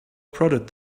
prodded